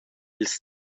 ils